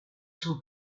suo